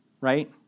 right